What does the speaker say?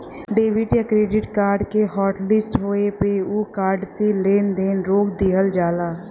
debit या credit card के hotlist होये पे उ कार्ड से लेन देन रोक दिहल जाला